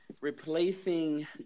replacing